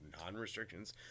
non-restrictions